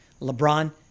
LeBron